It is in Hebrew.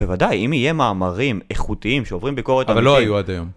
בוודאי, אם יהיה מאמרים איכותיים שעוברים ביקורת אמיתית. אבל לא היו עד היום.